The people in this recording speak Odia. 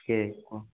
କିଏ